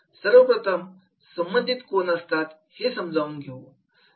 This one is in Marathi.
सर्वप्रथम संबंधित कोण असतात हे समजावून घेऊ